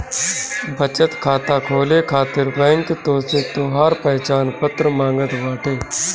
बचत खाता खोले खातिर बैंक तोहसे तोहार पहचान पत्र मांगत बाटे